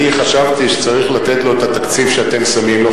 אני חשבתי שצריך לתת לו את התקציב שאתם שמים לו,